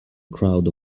crowd